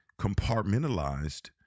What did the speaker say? compartmentalized